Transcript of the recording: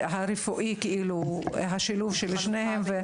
הרפואי והשילוב של שניהם.